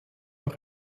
auch